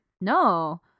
No